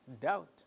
Doubt